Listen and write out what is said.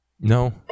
No